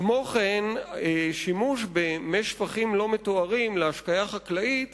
כמו כן, שימוש במי שפכים לא מטוהרים להשקיה חקלאית